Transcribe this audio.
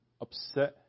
upset